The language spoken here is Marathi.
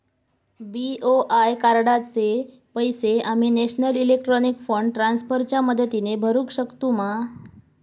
बी.ओ.आय कार्डाचे पैसे आम्ही नेशनल इलेक्ट्रॉनिक फंड ट्रान्स्फर च्या मदतीने भरुक शकतू मा?